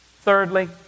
Thirdly